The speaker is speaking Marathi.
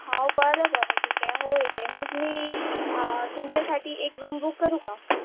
हो बरं बरं ठीक आहे हो येते मग मी तुमच्यासाठी एक रूम बुक करू का